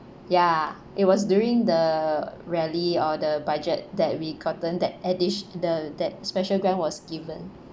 ya it was during the rally or the budget that we gotten that edi~ the that special grant was given